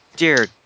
Dear